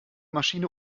maschine